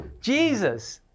Jesus